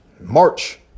March